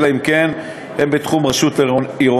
אלא אם כן הם בתחום רשות עירונית.